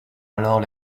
alors